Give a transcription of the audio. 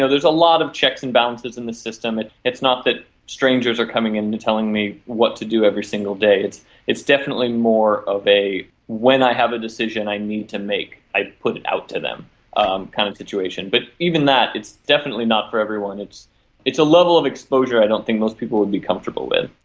so there's a lot of checks and balances in the system, it's not that strangers are coming in and telling me what to do every single day, it is definitely more of a when i have a decision i need to make i put it out to them um kind of situation. but even that, it's definitely not for everyone. it's it's a level of exposure i don't think most people would be comfortable with.